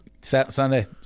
Sunday